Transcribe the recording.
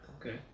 Okay